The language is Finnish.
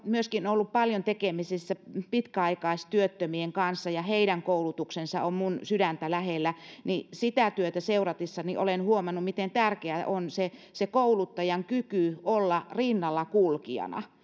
myöskin ollut paljon tekemisissä pitkäaikaistyöttömien kanssa ja heidän koulutuksensa on minun sydäntä lähellä niin sitä työtä seuratessani olen huomannut miten tärkeää on se se kouluttajan kyky olla rinnalla kulkijana